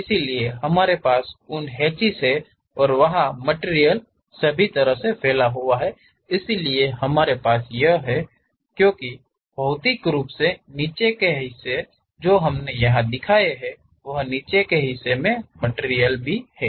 इसलिए हमारे पास उन हैचेस हैं और वहां मटिरियल सभी तरह से है इसलिए हमारे पास यह है क्योंकि भौतिक रूप से नीचे का हिस्सा जो हमने यहाँ दिखाया है वह नीचे के हिस्से के मटिरियल के लिए है